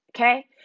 Okay